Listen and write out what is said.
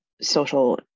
social